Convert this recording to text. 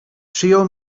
przyjął